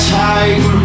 time